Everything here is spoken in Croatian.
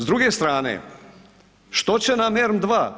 S druge strane, što će nam ERM II?